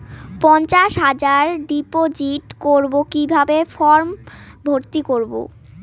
পঞ্চাশ হাজার ডিপোজিট করবো কিভাবে ফর্ম ভর্তি করবো?